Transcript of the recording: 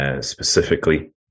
specifically